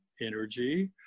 energy